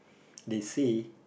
they say